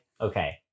okay